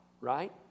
right